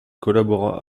collabora